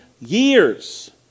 years